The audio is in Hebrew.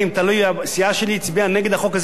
הסיעה שלי הצביעה נגד החוק הזה כולו.